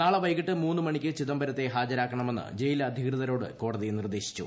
നാളെ വൈകിട്ട് മൂന്ന് മണിക്ക് ചിദംബരത്തെ ഹാജരാക്കണമെന്ന് ജയിൽ അധികൃതരോട് കോടതി നിർദ്ദേശിച്ചു